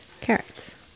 carrots